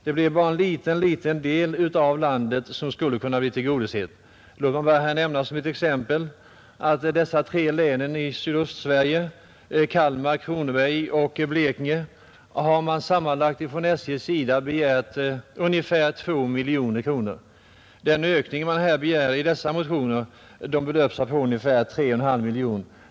Det blir i så fall endast en liten del av landet som skulle kunna bli tillgodosedd. Låt mig bara nämna som ett exempel att SJ för de tre länen i Sydostsverige, Kalmar, Kronobergs och Blekinge län, sammanlagt har begärt 2 miljoner kronor. Den ökning man begärt i dessa motioner belöper sig till ungefär 3,5 miljoner kronor.